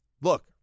look